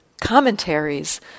commentaries